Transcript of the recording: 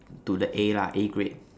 to the A lah A grade